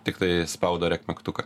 tiktai spaudo rek mygtuką